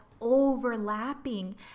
overlapping